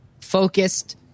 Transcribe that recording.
focused